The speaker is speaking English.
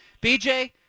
BJ